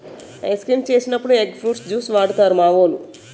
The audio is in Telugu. ఐస్ క్రీమ్స్ చేసినప్పుడు ఎగ్ ఫ్రూట్ జ్యూస్ వాడుతారు మావోలు